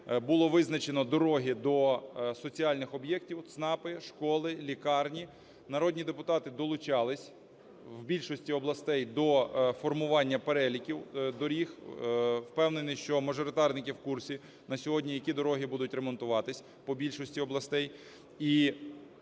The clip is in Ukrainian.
було визначено дороги до соціальних об'єктів: ЦНАПи, школи, лікарні. Народні депутати долучались в більшості областей до формування переліків доріг. Впевнений, що мажоритарники в курсі на сьогодні, які дороги будуть ремонтуватися по більшості областей,